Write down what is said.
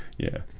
yeah